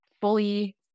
fully